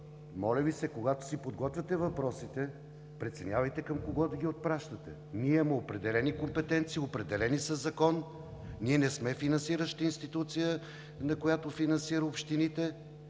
Моля Ви се, когато си подготвяте въпросите, преценявайте към кого да ги отпращате. Ние имаме определени компетенции – определени със закон, не сме финансираща институция, която финансира общините,